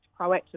proactively